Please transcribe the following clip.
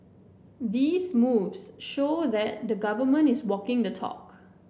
these moves show that the Government is walking the talk